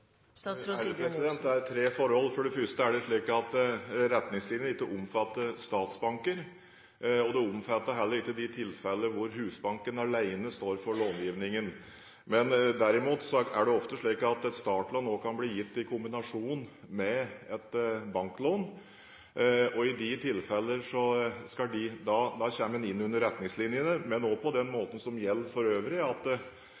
Det er tre forhold. For det første er det slik at retningslinjene ikke omfatter statsbanker. De omfatter heller ikke de tilfeller hvor Husbanken alene står for lånegivningen. Derimot er det ofte slik at et startlån også kan bli gitt i kombinasjon med et banklån. I de tilfeller kommer man innunder retningslinjene, men også på den måten som for øvrig gjelder, at